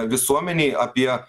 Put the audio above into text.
visuomenei apie